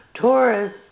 Taurus